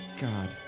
God